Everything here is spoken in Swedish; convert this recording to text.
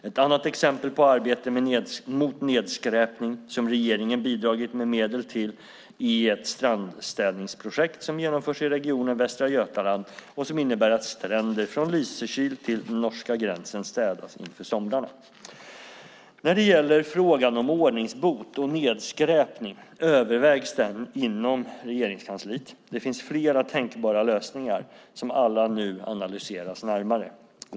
Ett annat exempel på arbete mot nedskräpning som regeringen bidragit med medel till är ett strandstädningsprojekt som genomförs i regionen Västra Götaland och som innebär att stränder från Lysekil till norska gränsen städas inför somrarna. När det gäller frågan om ordningsbot och nedskräpning övervägs den inom Regeringskansliet. Det finns flera tänkbara lösningar som alla nu analyseras närmare.